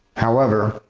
however,